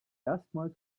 erstmals